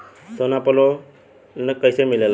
सोना पर लो न कइसे मिलेला?